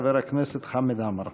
חבר הכנסת חמד עמאר.